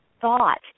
thought